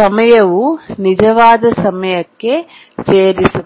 ಸಮಯವು ನಿಜವಾದ ಸಮಯಕ್ಕೆ ಸೇರಿಸುತ್ತದೆ